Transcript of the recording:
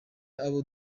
abo